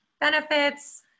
benefits